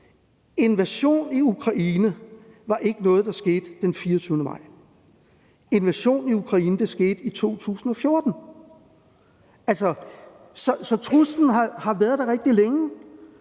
Invasionen i Ukraine var ikke noget, der skete den 24. februar; invasionen i Ukraine skete i 2014. Så truslen har været der rigtig længe,